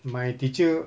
my teacher